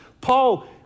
Paul